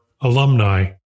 alumni